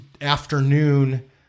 afternoon